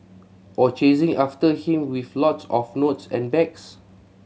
or chasing after him with lots of notes and bags